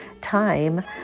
time